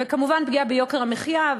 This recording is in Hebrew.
וכמובן פגיעה ביוקר המחיה,